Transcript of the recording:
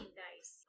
dice